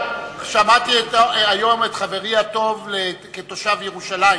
כתושב ירושלים,